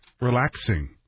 relaxing